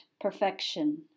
perfection